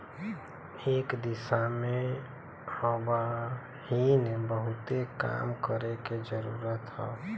एह दिशा में अबहिन बहुते काम करे के जरुरत हौ